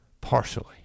partially